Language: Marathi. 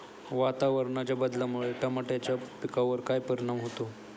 वातावरणाच्या बदलामुळे टमाट्याच्या पिकावर काय परिणाम होतो?